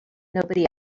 nobody